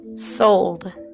Sold